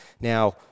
Now